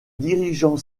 dirigeant